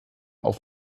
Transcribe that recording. auf